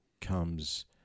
comes